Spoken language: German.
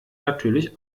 natürlich